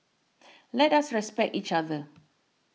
let us respect each other